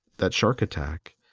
that shark attack.